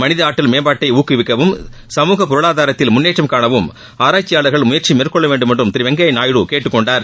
மளித ஆற்றல் மேம்பாட்டை ஊக்குவிக்கவும் சமுக பொருளாதாரத்தில் முன்னேற்றம் காணவும் ஆராய்ச்சியாளா்கள் முயற்சி மேற்கொள்ள வேண்டுமென்றும் திரு வெங்கையா நாயுடு கேட்டுக் கொண்டார்